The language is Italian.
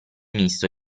misto